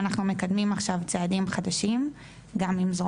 ואנחנו מקדמים עכשיו צעדים חדשים גם עם זרוע